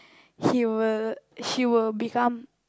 he will he will become